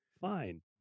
fine